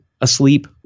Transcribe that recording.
asleep